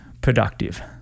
productive